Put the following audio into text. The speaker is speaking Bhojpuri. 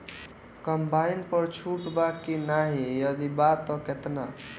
कम्बाइन पर छूट बा की नाहीं यदि बा त केतना?